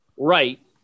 Right